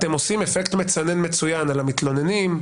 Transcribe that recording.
אתם עושים אפקט מצנן מצוין על המתלוננים,